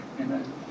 Amen